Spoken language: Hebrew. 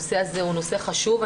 הנושא הזה הוא נושא חשוב.